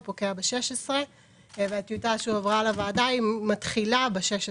הוא פוקע ב-16 והטיוטה שהועבר לוועדה מתחילה ב-16.